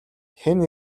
хэн